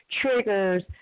triggers